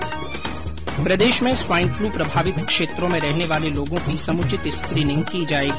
्र प्रदेश में स्वाईन फ्लू प्रभावित क्षेत्रों में रहने वाले लोगों की समुचित स्क्रीनिंग की जायेगी